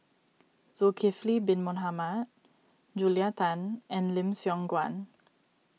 Zulkifli Bin Mohamed Julia Tan and Lim Siong Guan